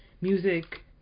music